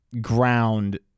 ground